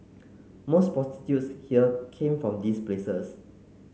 most prostitutes here came from these places